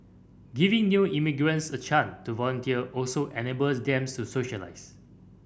giving new immigrants a chance to volunteer also enables them so socialise